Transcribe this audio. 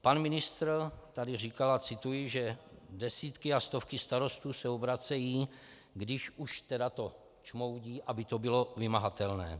Pan ministr tady říkal a cituji že desítky a stovky starostů se obracejí, když už to čmoudí, aby to bylo vymahatelné.